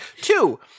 Two